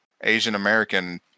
Asian-American